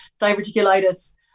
diverticulitis